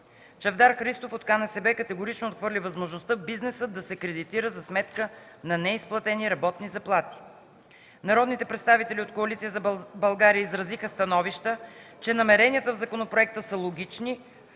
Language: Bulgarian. Чавдар Христов от КНСБ категорично отхвърли възможността бизнесът да се кредитира за сметка на неизплатени работни заплати. Народните представители от Коалиция за България изразиха становища, че намеренията в законопроекта са логични,